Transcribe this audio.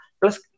plus